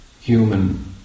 human